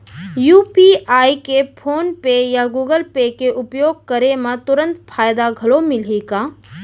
UPI के PhonePe या Google Pay के उपयोग करे म तुरंत फायदा घलो मिलही का?